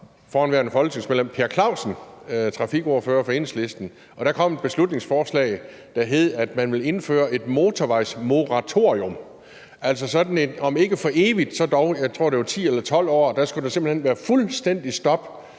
forhenværende folketingsmedlem Per Clausen var trafikordfører for Enhedslisten, kom et beslutningsforslag om, at man ville indføre et motorvejsmoratorium. Altså, om ikke for evigt skulle der dog i 10 eller 12 år, tror jeg, være et fuldstændigt stop